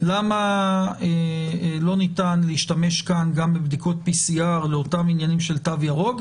למה לא ניתן להשתמש כאן גם בבדיקות PCR לאותם עניינים של תו ירוק,